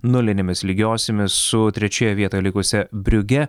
nulinėmis lygiosiomis su trečioje vietoje likusia briuge